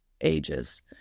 ages